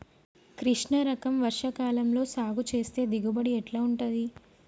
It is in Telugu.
కృష్ణ రకం వర్ష కాలం లో సాగు చేస్తే దిగుబడి ఎట్లా ఉంటది?